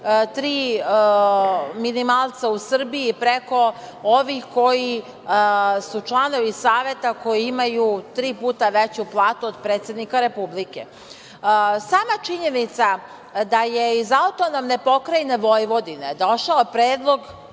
minimalca u Srbiji, preko ovih koji su članovi Saveta, koji imaju tri puta veću platu od predsednika Republike. Sama činjenica da je iz AP Vojvodine došao predlog